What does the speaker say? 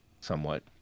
somewhat